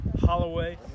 Holloway